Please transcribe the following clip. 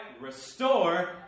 restore